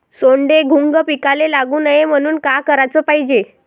सोंडे, घुंग पिकाले लागू नये म्हनून का कराच पायजे?